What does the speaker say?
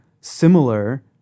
similar